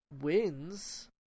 wins